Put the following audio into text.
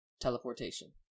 teleportation